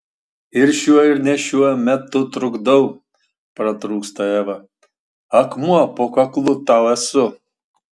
ir šiuo ir ne šiuo metu trukdau pratrūksta eva akmuo po kaklu tau esu